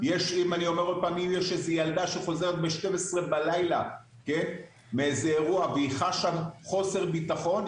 אם יש איזה ילדה שחוזרת ב-12 בלילה מאירוע והיא חשה חוסר ביטחון,